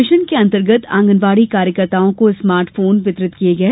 mission के अंतर्गत आंगनवाड़ी कार्यकर्ताओं को स्मार्ट फोन वितरित किए गए